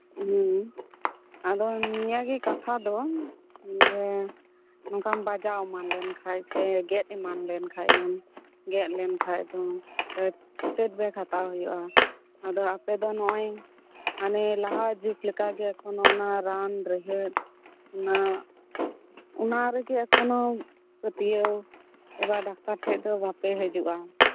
ᱦᱮᱸ ᱟᱫᱚ ᱱᱤᱭᱟᱹᱜᱮ ᱠᱟᱛᱷᱟ ᱫᱚ ᱡᱮ ᱱᱚᱝᱠᱟᱢ ᱵᱟᱡᱟᱣ ᱮᱢᱟᱱ ᱞᱮᱱ ᱠᱷᱟᱡ ᱥᱮ ᱜᱮᱫ ᱮᱢᱟᱱ ᱞᱮᱱ ᱠᱷᱟᱡ ᱮᱢ ᱜᱮᱫ ᱞᱮᱱ ᱠᱷᱟᱡ ᱫᱚᱢ ᱴᱮᱴ ᱴᱮᱴᱵᱮᱠᱴ ᱦᱟᱛᱟᱣ ᱦᱩᱭᱩᱜᱼᱟ ᱟᱫᱚ ᱟᱯᱮ ᱫᱚ ᱱᱚᱜ ᱟᱭ ᱦᱟᱱᱮ ᱞᱟᱦᱟ ᱡᱩᱜᱽ ᱞᱮᱠᱟ ᱜᱮ ᱮᱠᱷᱚᱱᱚ ᱚᱱᱟ ᱨᱟᱱ ᱨᱮᱦᱮᱫ ᱚᱱᱟ ᱚᱱᱟ ᱨᱮᱜᱮ ᱮᱠᱷᱚᱱᱚ ᱯᱟᱹᱛᱭᱟᱹᱣ ᱮᱵᱟᱨ ᱰᱟᱛᱟᱨ ᱴᱷᱮᱡ ᱫᱚ ᱵᱟᱯᱮ ᱦᱤᱡᱩᱜᱼᱟ